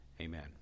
Amen